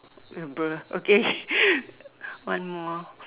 bruh okay one more